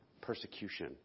persecution